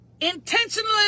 intentionally